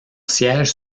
siège